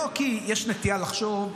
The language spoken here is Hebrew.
כי יש נטייה לחשוב,